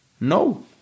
No